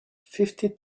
fifty